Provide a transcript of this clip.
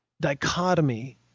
dichotomy